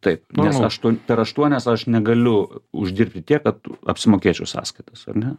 taip nes aš per aštuonias aš negaliu uždirbti tiek kad apsimokėčiau sąskaitas ar ne